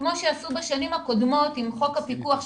כמו שעשו בשנים הקודמות עם חוק הפיקוח,